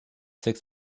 six